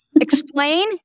explain